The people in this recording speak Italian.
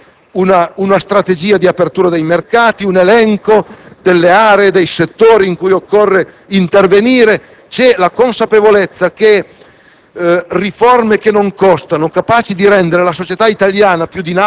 nella giornata di ieri. C'è una strategia di apertura dei mercati, un elenco delle aree e dei settori in cui occorre intervenire e c'è la consapevolezza che